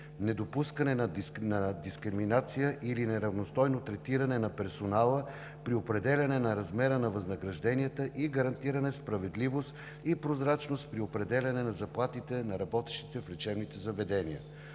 недопускане на дискриминация или неравностойно третиране на персонала при определяне на размера на възнагражденията и гарантиране справедливост и прозрачност при определянето на заплатите на работещите в лечебните заведения.